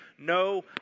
no